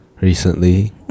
Recently